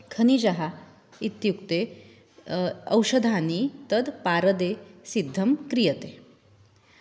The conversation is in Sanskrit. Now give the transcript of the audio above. खनिजः इत्युक्ते औषधानि तत् पारदे सिद्धं क्रियन्ते